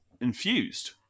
infused